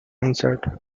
answered